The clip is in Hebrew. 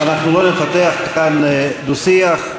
אנחנו לא נפתח כאן דו-שיח.